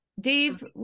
Dave